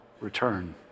return